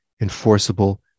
enforceable